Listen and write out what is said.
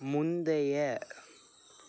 முந்தைய